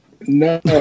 No